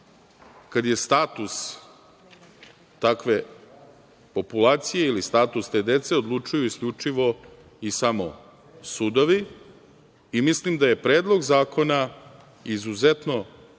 kada je status takve populacije ili status te dece odlučuju isključivo i samo sudovi. Mislim da je Predlog zakona izuzetno